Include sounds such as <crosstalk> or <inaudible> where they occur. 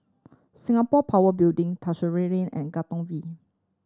Singapore Power Building <unintelligible> Lane and Katong V